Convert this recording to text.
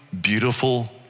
beautiful